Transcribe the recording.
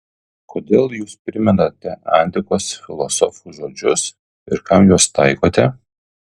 kodėl jūs primenate antikos filosofų žodžius ir kam juos taikote